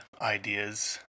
ideas